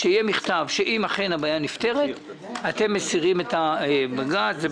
שיהיה מכתב שיקבע שאם אכן הבעיה נפתרת אתם מסירים את העתירה לבג"ץ.